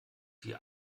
die